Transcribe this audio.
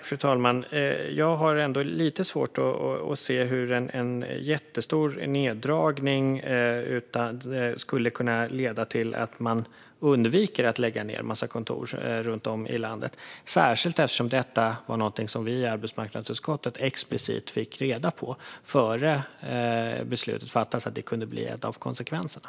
Fru talman! Jag har ändå lite svårt att se hur en jättestor neddragning skulle leda till att man kan undvika att lägga ned en massa kontor runt om i landet. Det gäller särskilt då vi i arbetsmarknadsutskottet explicit och innan beslutet fattades fick reda på att detta kunde bli en av konsekvenserna.